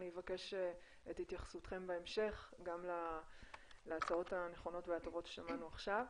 אני אבקש התייחסותכם בהמשך גם להצעות הנכונות והטובות ששמענו עכשיו.